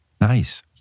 nice